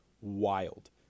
wild